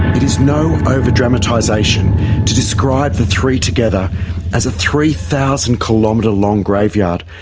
is no over-dramatisation to describe the three together as a three thousand kilometre long graveyard,